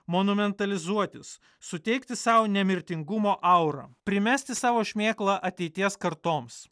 monumentalizuotis suteikti sau nemirtingumo aurą primesti savo šmėklą ateities kartoms